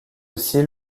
aussi